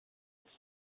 its